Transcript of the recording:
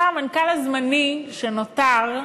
המנכ"ל הזמני שנותר,